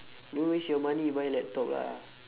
don't waste your money buy laptop lah